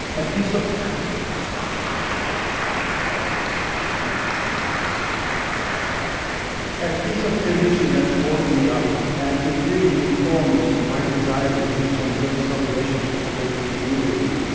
a piece of um ah piece of tradition that holds me up, and it really informs my desire to reach and build strong relationships with american jewish communities,